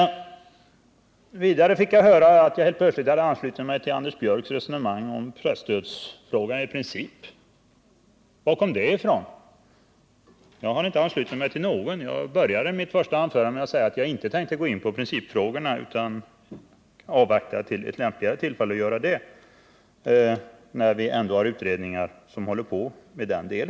Vidare fick jag höra att jag helt plötsligt i princip hade anslutit mig till Anders Björcks resonemang i presstödsfrågan. Varifrån kom det? Jag har inte anslutit mig till någon. Jag började mitt första anförande med att säga att jag inte tänkte gå in på principfrågan utan vänta med det till ett lämpligare tillfälle, när vi ändå har utredningar som håller på med det.